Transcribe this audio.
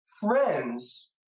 friends